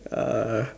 uh